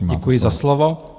Děkuji za slovo.